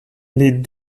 les